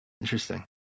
Interesting